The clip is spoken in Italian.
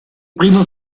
primo